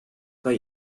kan